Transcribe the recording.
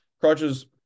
crutches